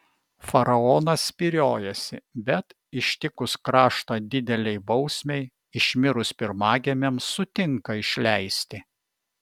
faraonas spyriojasi bet ištikus kraštą didelei bausmei išmirus pirmagimiams sutinka išleisti